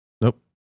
Nope